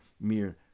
mere